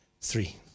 three